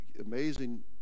amazing